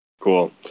Cool